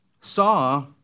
saw